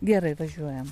gerai važiuojam